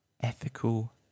Ethical